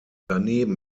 daneben